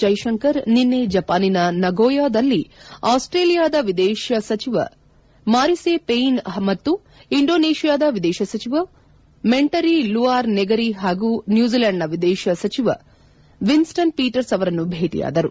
ಜೈಶಂಕರ್ ನಿನ್ನೆ ಜಪಾನಿನ ನಗೋಯಾದಲ್ಲಿ ಆಸ್ಸೇಲಿಯಾದ ಎದೇಶ ಸಚಿವ ಮಾರಿಸೆ ಪೇಯ್ನ್ ಮತ್ತು ಇಂಡೊನೇಷಿಯಾದ ವಿದೇಶ ಸಚಿವ ಮೆಂಟರಿ ಲುಆರ್ ನೆಗೆರಿ ಹಾಗೂ ನ್ನೂಜಿಲೆಂಡ್ನ ವಿದೇಶ ಸಚಿವ ವಿನ್ಸ್ಟನ್ ಪೀಟರ್ಸ್ ಅವರನ್ನು ಭೇಟಿಯಾದರು